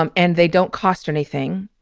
um and they don't cost anything.